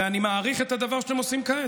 ואני מעריך את הדבר שאתם עושים כעת.